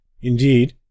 Indeed